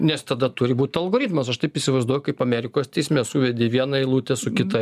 nes tada turi būt algoritmas aš taip įsivaizduoju kaip amerikos teisme suvedi vieną eilutę su kita